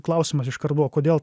klausimas iškart buvo kodėl